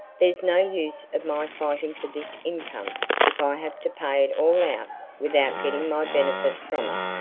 there's no use of my fighting for this income if i have to pay it all out without getting my benefit from it.